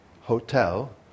hotel